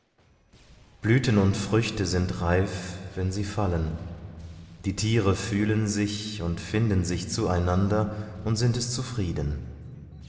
blüten und früchte sind reif wenn sie fallen die tiere fühlen sich und finden sich zueinander und sind es zufrieden